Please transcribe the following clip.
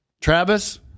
Travis